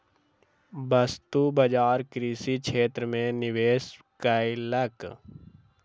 वस्तु बजार कृषि क्षेत्र में निवेश कयलक